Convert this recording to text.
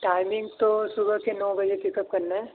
timing تو صبح کے نو بجے پک اپ کرنا ہے